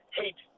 hate